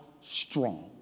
strong